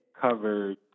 covered